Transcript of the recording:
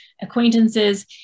acquaintances